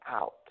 out